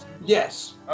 yes